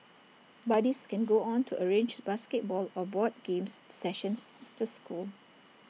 buddies can go on to arrange basketball or board games sessions after school